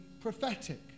prophetic